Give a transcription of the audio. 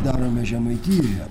darome žemaitijoje